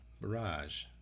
Barrage